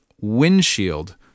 windshield